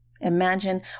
Imagine